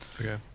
Okay